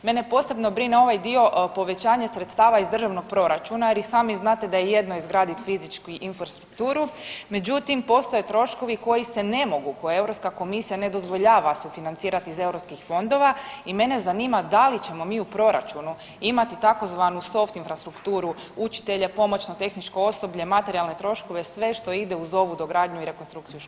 Mene posebno brine ovaj dio povećanja sredstava iz državnog proračuna jer i sami znate da je jedno izgraditi fizički infrastrukturu, međutim postoje troškovi koji se ne mogu koje Europska komisija ne dozvoljava sufinancirati iz eu fondova i mene zanima da li ćemo mi u proračunu imati tzv. soft infrastrukturu učitelja, pomoćno tehničko osoblje, materijalne troškove sve što ide uz ovu dogradnju i rekonstrukciju škola?